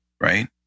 right